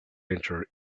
enter